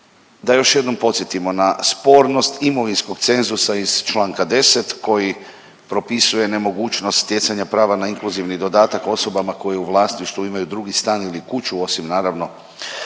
da još jednom podsjetimo na spornost imovinskog cenzusa iz članka 10. koji propisuje nemogućnost stjecanja prava na inkluzivni dodatak osobama koje u vlasništvu imaju drugi stan ili kuću osim naravno